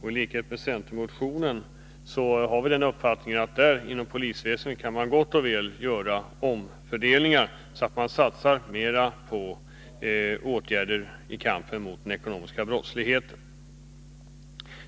I likhet med centermotionen har vi uppfattningen att man inom polisväsendet gott och väl kan göra omfördelningar, så att man satsar mera på åtgärder i kampen mot den ekonomiska brottsligheten.